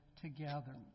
Together